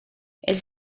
elles